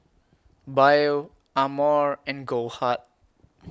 Biore Amore and Goldheart